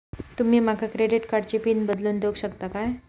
तुमी माका क्रेडिट कार्डची पिन बदलून देऊक शकता काय?